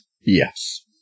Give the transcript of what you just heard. Yes